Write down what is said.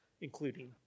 including